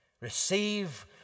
receive